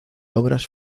obras